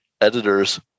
editors